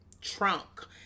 trunk